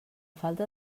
falta